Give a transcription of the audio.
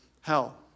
hell